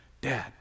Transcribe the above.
Dad